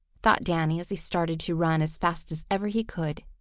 thought danny as he started to run as fast as ever he could.